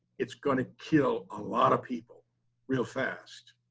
it's gonna kill a lot of people real fast!